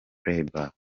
playback